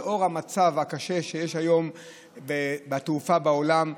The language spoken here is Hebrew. לנוכח המצב הקשה שיש היום בתעופה בעולם,